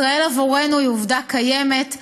ישראל עבורנו היא עובדה קיימת,